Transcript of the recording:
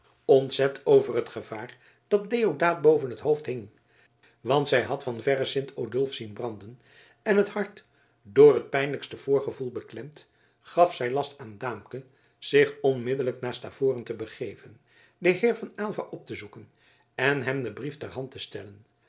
ontzet over het gevaar dat deodaat boven het hoofd hing want zij had van verre sint odulf zien branden en het hart door het pijnlijkste voorgevoel beklemd gaf zij last aan daamke zich onmiddellijk naar stavoren te begeven den heer van aylva op te zoeken en hem den brief ter hand te stellen